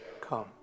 come